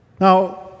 Now